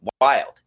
wild